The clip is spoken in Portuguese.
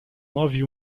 nove